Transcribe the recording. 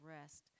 rest